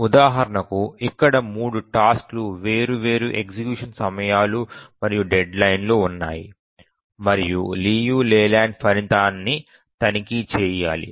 ఉదాహరణకు ఇక్కడ 3 టాస్క్ లు వేర్వేరు ఎగ్జిక్యూషన్ సమయాలు మరియు డెడ్లైన్ లు ఉన్నాయి మరియు లియు లేలాండ్ ఫలితాన్ని తనిఖీ చేయాలి